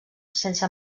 sense